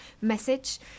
message